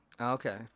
Okay